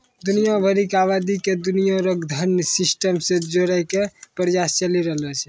दुनिया भरी के आवादी के दुनिया रो धन सिस्टम से जोड़ेकै प्रयास चली रहलो छै